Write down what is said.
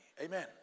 Amen